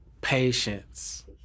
Patience